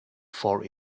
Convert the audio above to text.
for